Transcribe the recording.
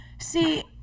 See